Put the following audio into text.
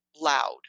loud